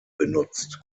benutzt